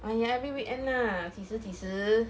!aiya! every weekend lah 几时几时